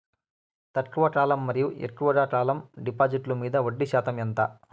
తక్కువ కాలం మరియు ఎక్కువగా కాలం డిపాజిట్లు మీద వడ్డీ శాతం ఎంత?